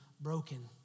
broken